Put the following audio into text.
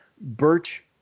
Birch